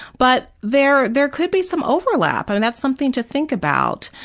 but there there could be some overlap, and that's something to think about.